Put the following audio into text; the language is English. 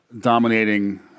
dominating